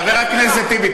חבר הכנסת טיבי,